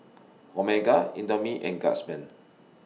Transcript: Omega Indomie and Guardsman